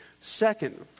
Second